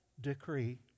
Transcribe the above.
decree